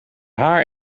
haar